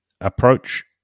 Approach